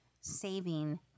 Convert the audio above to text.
saving